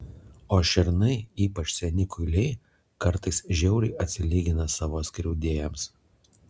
o šernai ypač seni kuiliai kartais žiauriai atsilygina savo skriaudėjams